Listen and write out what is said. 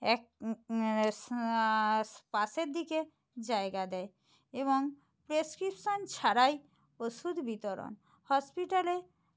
এক সা পাশের দিকে জায়গা দেয় এবং প্রেসক্রিপশান ছাড়াই ওষুধ বিতরণ হসপিটালে